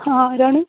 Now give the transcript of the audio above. ഹാ ആരാണ്